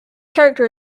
character